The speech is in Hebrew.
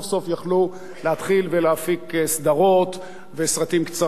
יכלו להתחיל ולהפיק סדרות וסרטים קצרים,